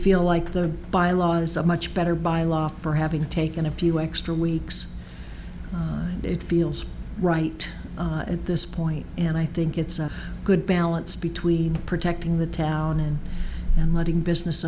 feel like the by law is a much better by law for having taken a few extra weeks it feels right at this point and i think it's a good balance between protecting the town and and letting business